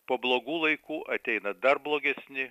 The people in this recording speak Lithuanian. po blogų laikų ateina dar blogesni